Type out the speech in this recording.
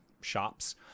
shops